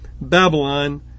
Babylon